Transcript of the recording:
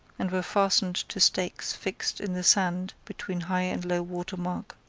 and were fastened to stakes fixed in the sand between high and low water mark.